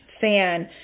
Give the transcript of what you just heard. fan